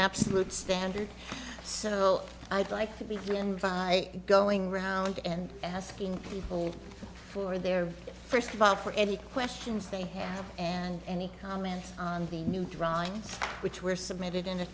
absolute standard so i'd like to be remembered by going round and asking people for their first vote for any questions they have and any comments on the new drawings which were submitted in a